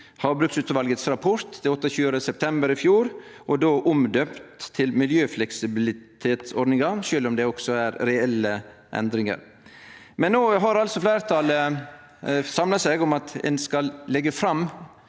havbruksutvalets rapport 28. september i fjor – då omdøypt til miljøfleksibilitetsordninga, sjølv om det også er reelle endringar. No har fleirtalet samla seg om at ein skal leggje fram